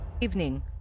Evening